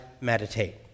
meditate